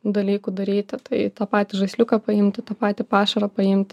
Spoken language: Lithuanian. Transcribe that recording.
dalykų daryti tai tą patį žaisliuką paimti tą patį pašarą paimti